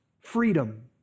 freedom